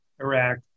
Iraq